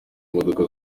imodoka